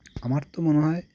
আমার তো মনে হয়